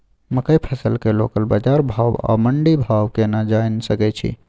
मकई फसल के लोकल बाजार भाव आ मंडी भाव केना जानय सकै छी?